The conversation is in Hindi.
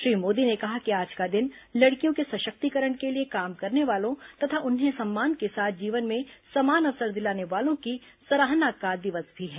श्री मोदी ने कहा कि आज का दिन लड़कियों के सशक्तिकरण के लिए काम करने वालों तथा उन्हें सम्मान के साथ जीवन में समान अवसर दिलाने वालों की सराहना का दिवस भी है